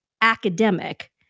academic